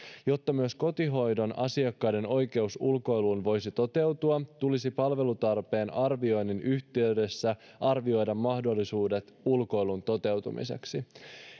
jotta myös kotihoidon asiakkaiden oikeus ulkoiluun voisi toteutua tulisi palvelutarpeen arvioinnin yhteydessä arvioida mahdollisuudet ulkoilun toteutumiseksi